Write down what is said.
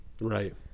Right